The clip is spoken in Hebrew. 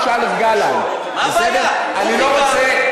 יואב קיש, כדי שהאלוף שקדי,